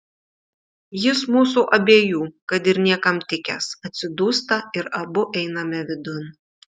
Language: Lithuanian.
jis mūsų abiejų kad ir niekam tikęs atsidūsta ir abu einame vidun